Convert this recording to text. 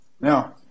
Now